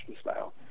style